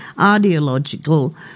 ideological